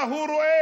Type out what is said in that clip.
מה הוא רואה.